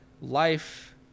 life